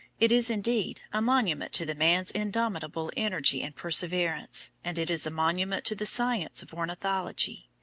it is, indeed, a monument to the man's indomitable energy and perseverance, and it is a monument to the science of ornithology.